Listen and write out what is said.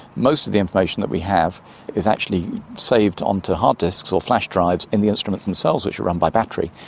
most of the information that we have is actually saved onto hard disks or flash drives in the instruments themselves which are run by battery.